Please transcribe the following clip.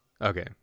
Okay